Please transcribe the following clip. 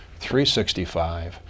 365